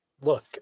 Look